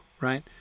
right